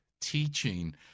teaching